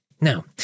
Now